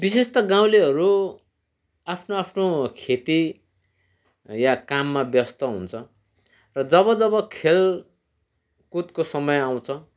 विशेष त गाउँलेहरू आफ्नो आफ्नो खेती या काममा व्यस्त हुन्छ र जब जब खेलकुदको समय आउँछ